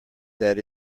that